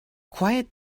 quiet